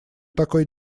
такой